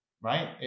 right